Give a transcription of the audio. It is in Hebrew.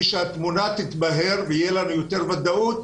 כאשר התמונה תתבהר ותהיה לנו יותר ודאות